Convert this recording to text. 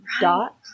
dot